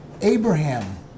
Abraham